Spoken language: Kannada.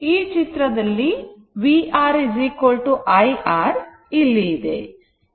ಈ ಚಿತ್ರದಲ್ಲಿ vR i R ಇಲ್ಲಿ ಇದೆ